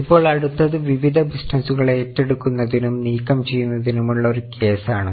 ഇപ്പോൾ അടുത്തത് വിവിധ ബിസിനസുകൾ ഏറ്റെടുക്കുന്നതിനും നീക്കം ചെയ്യുന്നതിനുമുള്ള ഒരു കേസാണ്